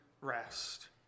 rest